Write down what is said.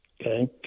Okay